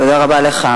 תודה רבה לך.